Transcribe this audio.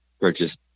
purchase